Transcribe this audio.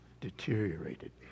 deteriorated